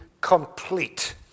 complete